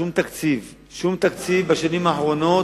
לא ניתן שום תקציב בשנים האחרונות,